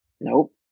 Nope